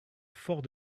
fort